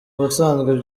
busanzwe